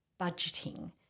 budgeting